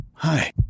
Hi